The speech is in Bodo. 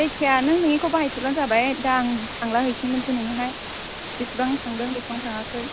जायखिजाया नों नोंनिखौ बाहायथ'ब्लानो जाबाय दा आं थांब्ला हैफिननोसै नोंनोहाय बेसेबां थांदों बेसेबां थाङाखै